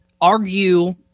argue